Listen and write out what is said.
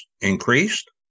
increased